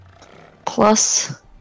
Plus